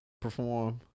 perform